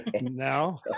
now